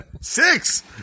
six